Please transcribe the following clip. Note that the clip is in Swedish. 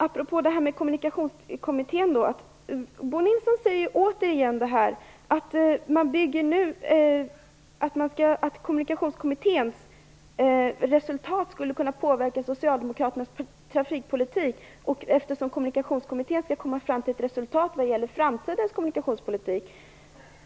Bo Nilsson säger återigen att Kommunikationskommitténs resultat skulle kunna påverka Socialdemokraternas trafikpolitik eftersom kommittén skall komma fram till ett resultat vad gäller framtidens kommunikationspolitik.